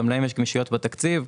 יש להם גמישויות בתקציב,